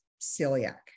celiac